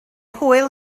hwyl